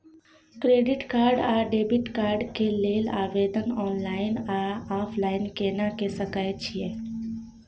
Credit card आ debit card के लेल आवेदन ऑनलाइन आ ऑफलाइन केना के सकय छियै?